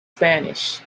spanish